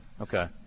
Okay